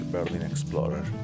Berlinexplorer